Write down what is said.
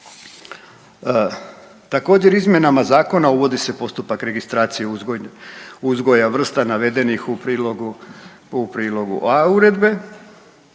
Također izmjenama Zakona uvodi se postupak registracije uzgoja vrsta navedenih u prilogu A) uredbe